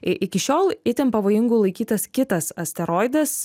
i iki šiol itin pavojingu laikytas kitas asteroidas